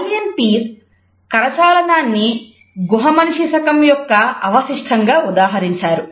Elyon పీస్ కరచాలనాన్ని గుహమనిషిశకం యొక్క అవశిష్టం గా ఉదాహరించారు